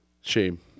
Shame